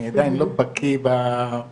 אני עדיין לא בקי בפרטים,